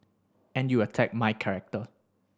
and you attack my character